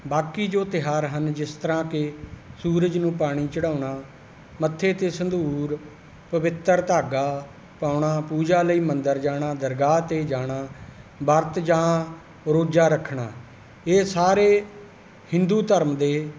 ਬਾਕੀ ਜੋ ਤਿਉਹਾਰ ਹਨ ਜਿਸ ਤਰ੍ਹਾਂ ਕਿ ਸੂਰਜ ਨੂੰ ਪਾਣੀ ਚੜ੍ਹਾਉਣਾ ਮੱਥੇ 'ਤੇ ਸੰਧੂਰ ਪਵਿੱਤਰ ਧਾਗਾ ਪਾਉਣਾ ਪੂਜਾ ਲਈ ਮੰਦਰ ਜਾਣਾ ਦਰਗਾਹ 'ਤੇ ਜਾਣਾ ਵਰਤ ਜਾਂ ਰੋਜਾ ਰੱਖਣਾ ਇਹ ਸਾਰੇ ਹਿੰਦੂ ਧਰਮ ਦੇ